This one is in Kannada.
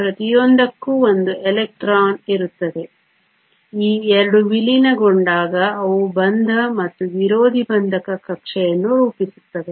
ಪ್ರತಿಯೊಂದಕ್ಕೂ ಒಂದು ಎಲೆಕ್ಟ್ರಾನ್ ಇರುತ್ತದೆ ಈ 2 ವಿಲೀನಗೊಂಡಾಗ ಅವು ಬಂಧ ಮತ್ತು ವಿರೋಧಿ ಬಂಧಕ ಕಕ್ಷೆಯನ್ನು ರೂಪಿಸುತ್ತವೆ